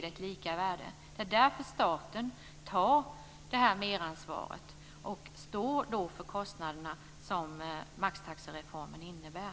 Det är därför som staten tar detta medansvar och står för de kostnader som maxtaxereformen innebär.